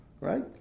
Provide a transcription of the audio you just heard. right